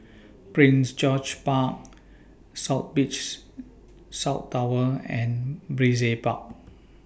Prince George's Park South Beach South Tower and Brizay Park